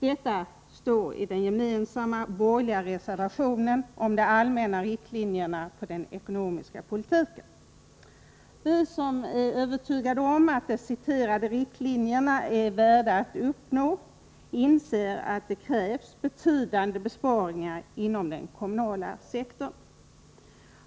Detta står i den gemensamma borgerliga reservationen om de allmänna riktlinjerna för den ekonomiska politiken. Vi som är övertygade om att de här återgivna riktlinjerna är värda att följa inser att det krävs betydande besparingar inom den kommunala sektorn.